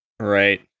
Right